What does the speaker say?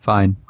Fine